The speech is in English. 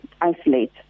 isolate